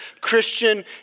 Christian